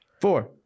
Four